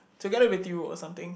together with you or something